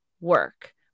work